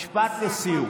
משפט לסיום.